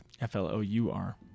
F-L-O-U-R